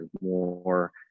more